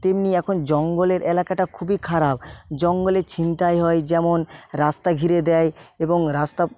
তেমনি এখন জঙ্গলের এলাকাটা খুবই খারাপ জঙ্গলে ছিনতাই হয় যেমন রাস্তা ঘিরে দেয় এবং রাস্তা